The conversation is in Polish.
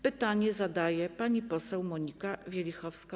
Pytanie zadaje pani poseł Monika Wielichowska.